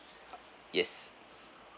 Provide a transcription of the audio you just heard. yes